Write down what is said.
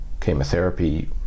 chemotherapy